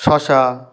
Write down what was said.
শশা